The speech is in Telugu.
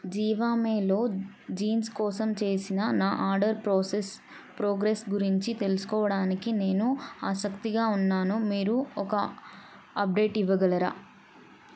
జీవామేలో జీన్స్ కోసం చేసిన నా ఆడర్ ప్రొసెస్ ప్రోగ్రెస్ గురించి తెలుసుకోవడానికి నేను ఆసక్తిగా ఉన్నాను మీరు ఒక అప్డేట్ ఇవ్వగలరా